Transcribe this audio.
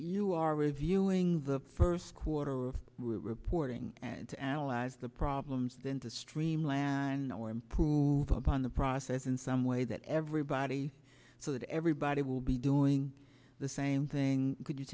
you are reviewing the first quarter reporting to analyze the problems then to stream last and or improve upon the process in some way that everybody so that everybody will be doing the same thing could you